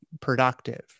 productive